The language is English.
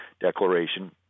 Declaration